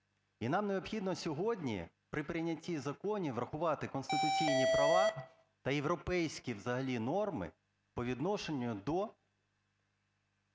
І нам необхідно сьогодні при прийнятті законів врахувати конституційні права та європейські взагалі норми по відношенню до